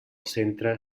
centre